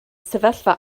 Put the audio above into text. sefyllfa